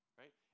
right